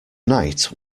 night